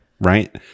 Right